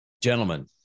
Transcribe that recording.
Gentlemen